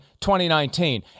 2019